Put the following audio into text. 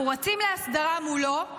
אנחנו רצים להסדרה מולו,